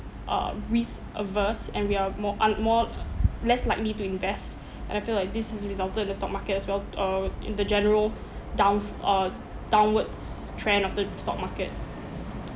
uh risk averse and we are more um more less likely to invest and I feel like this has resulted in the stock market as well uh in the general downs uh downwards trend of the stock market